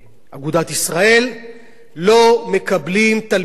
לא מקבלים תלמידות כי הן מזרחיות.